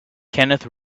kenneth